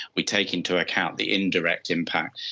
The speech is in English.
we take into account the indirect impact.